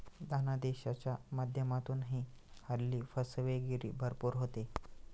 धनादेशाच्या माध्यमातूनही हल्ली फसवेगिरी भरपूर होते